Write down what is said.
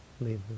leave